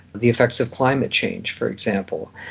the effects of climate change for example,